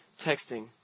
texting